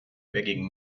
begging